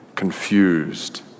Confused